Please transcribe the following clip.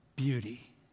beauty